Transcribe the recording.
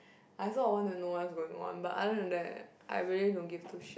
I also want to know what's going on but other than that I really don't give two shit